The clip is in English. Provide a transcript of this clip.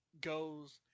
goes